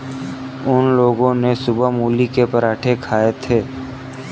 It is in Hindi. उन लोगो ने सुबह मूली के पराठे खाए थे